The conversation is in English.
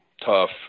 tough